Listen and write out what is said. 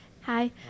hi